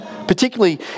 particularly